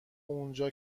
اونجا